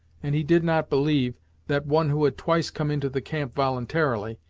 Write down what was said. and he did not believe that one who had twice come into the camp voluntarily,